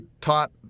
taught